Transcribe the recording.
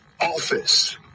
office